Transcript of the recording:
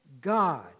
God